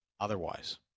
otherwise